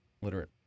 literate